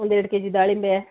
ಒಂದೆರಡು ಕೇಜಿ ದಾಳಿಂಬೆ